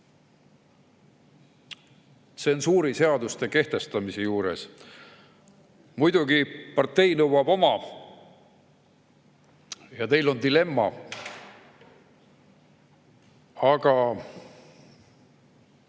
tsensuuriseaduste kehtestamise juures. Muidugi, partei nõuab oma ja teil on dilemma.